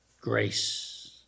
grace